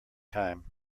time